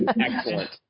excellent